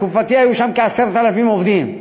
בתקופתי היו שם כ-10,000 עובדים,